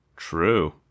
True